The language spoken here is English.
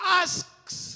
asks